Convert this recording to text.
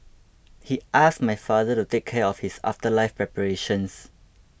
he asked my father to take care of his afterlife preparations